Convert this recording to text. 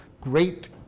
great